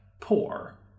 poor